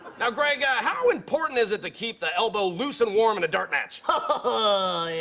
now, greg, ah how important is it to keep the elbow loose and warm in a dart match? oh! yeah!